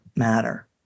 matter